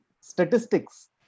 statistics